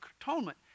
Atonement